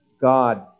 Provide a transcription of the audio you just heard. God